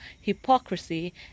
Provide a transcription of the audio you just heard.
hypocrisy